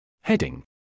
heading